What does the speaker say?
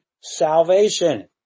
salvation